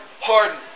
pardon